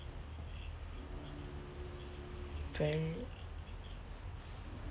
right